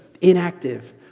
inactive